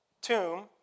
tomb